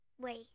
wait